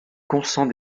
consent